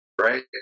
right